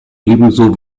ebenso